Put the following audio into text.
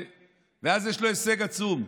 ואז יש לו הישג עצום: